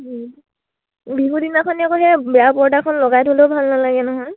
বিহু দিনাখনে বেয়া পৰ্দাখন লগাই থ'লেও ভাল নালাগে নহয়